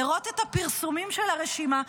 לראות את הפרסומים של הרשימה,